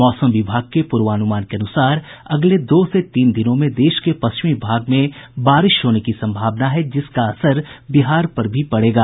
मौसम विभाग के प्रर्वानुमान के अनुसार अगले दो से तीन दिनों में देश के पश्चिमी भाग में बारिश होने की सम्भावना है जिसका असर बिहार पर भी पड़ेगा